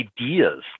ideas